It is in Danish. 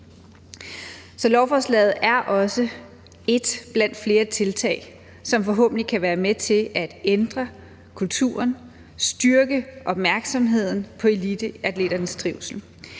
lovforslaget er også et blandt flere tiltag, som forhåbentlig kan være med til at ændre kulturen, styrke opmærksomheden på eliteatleternes trivsel.